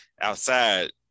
Outside